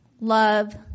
love